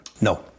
No